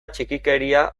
txikikeria